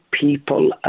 people